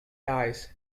dies